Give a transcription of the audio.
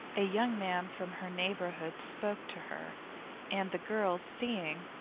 a young man from her neighbourhood spoke to her and the girls seeing,